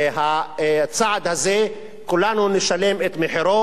והצעד הזה, כולנו נשלם את מחירו,